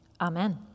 Amen